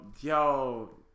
yo